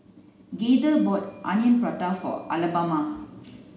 Gaither bought onion Prata for Alabama